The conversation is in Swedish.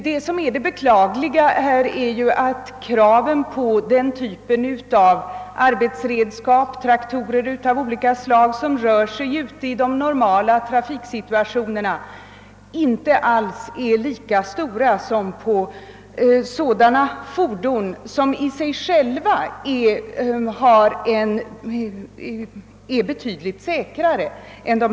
Vad som är beklagligt är att trafiksäkerhetskraven på dessa motorredskap och traktorer av olika slag, som får framföras i normala trafiksituationer, inte alls är lika höga som på sådana fordon vilka i sig själva är betydligt säkrare.